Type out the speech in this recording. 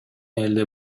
эле